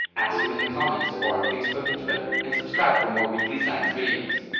ask it in the comments or on facebook and twitter. and subscribe for more weakly science videos.